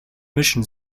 mischen